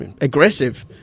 aggressive